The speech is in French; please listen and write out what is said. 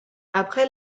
après